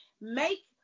Make